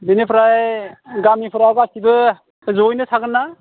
बेनिफ्राय गामिफोराव गासिबो जयैनो थागोन्ना